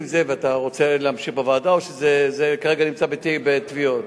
לא עושים שפטים לפני שמקיימים את המשפטים.